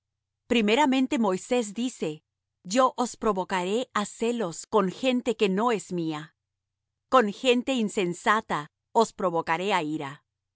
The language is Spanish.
primeramente moisés dice yo os provocaré á celos con gente que no es mía con gente insensata os provocaré á ira